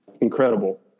incredible